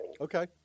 Okay